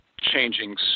changing